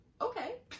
Okay